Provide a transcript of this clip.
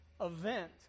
event